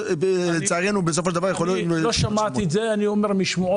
אני אומר משמועות.